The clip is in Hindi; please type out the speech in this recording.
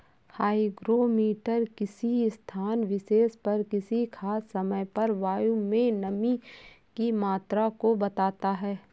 हाईग्रोमीटर किसी स्थान विशेष पर किसी खास समय पर वायु में नमी की मात्रा को बताता है